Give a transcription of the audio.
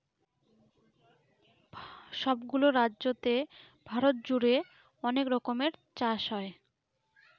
সব গুলো রাজ্যতে ভারত জুড়ে অনেক রকমের চাষ হয়